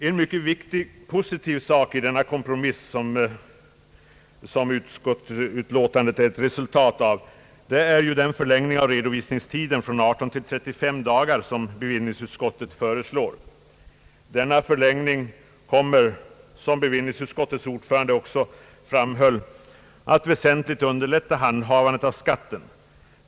En värdefull sak i den kompromiss, som kommit till uttryck i utskottets betänkande är den förlängning av redovisningstiden från 18 till 35 dagar som bevillningsutskottet föreslår. Denna förlängning kommer — som bevillningsutskottets ordförande framhållit — att väsentligt underlätta handhavandet av skatten.